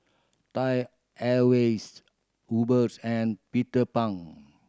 Thai Airways Uber and Peter Pan